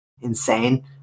insane